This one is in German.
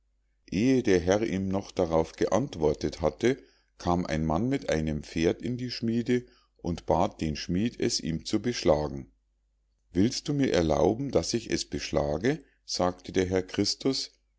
der herr ihm noch darauf geantwortet hatte kam ein mann mit einem pferd in die schmiede und bat den schmied es ihm zu beschlagen willst du mir erlauben daß ich es beschlage sagte der herr christus